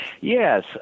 Yes